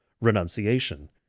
renunciation